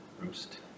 Roost